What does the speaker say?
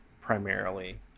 primarily